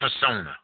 persona